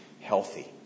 healthy